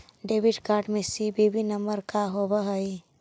Debit card में CVV number का होव हइ?